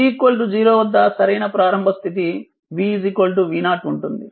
t 0 వద్ద సరైన ప్రారంభ స్థితి v v0 ఉంటుంది